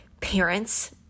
parents